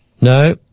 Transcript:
No